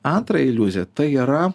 antra iliuzija tai yra